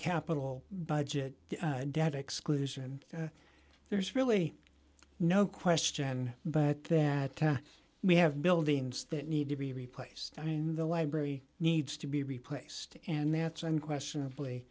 capital budget debt exclusion there's really no question but that we have buildings that need to be replaced i mean the library needs to be replaced and that's unquestionably